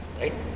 right